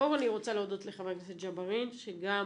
קודם כל אני רוצה להודות לחבר הכנסת ג'בארין שגם